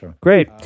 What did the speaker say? Great